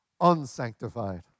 unsanctified